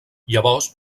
llavors